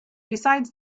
besides